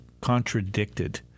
contradicted